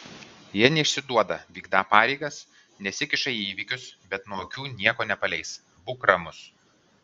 jie neišsiduoda vykdą pareigas nesikiša į įvykius bet nuo akių nieko nepaleis būk ramus